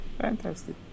fantastic